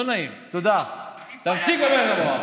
תודה רבה.